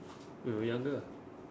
when we're younger ah